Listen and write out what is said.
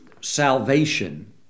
salvation